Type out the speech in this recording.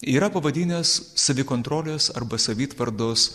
yra pavadinęs savikontrolės arba savitvardos